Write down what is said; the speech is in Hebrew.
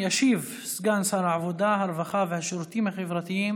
ישיב סגן שר העבודה, הרווחה והשירותים החברתיים